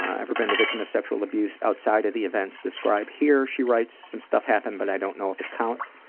ever been the victim of sexual abuse outside of the events described here? she writes, some stuff happened but i don't know if it counts.